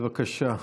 בבקשה.